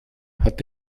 hat